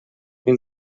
mil